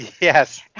yes